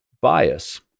bias